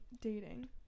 dating